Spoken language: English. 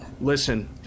Listen